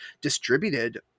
distributed